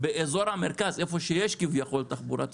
באזור המרכז איפה שיש כביכול תחבורה ציבורית,